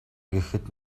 гэхэд